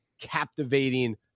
captivating